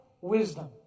wisdom